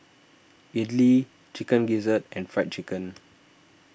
Idly Chicken Gizzard and Fried Chicken